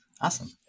awesome